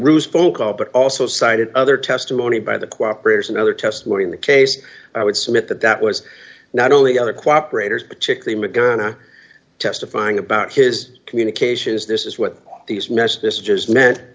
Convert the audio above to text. ruse phone call but also cited other testimony by the cooperation other testimony in the case i would submit that that was not only other cooperate or particular gonna testifying about his communications this is what these messages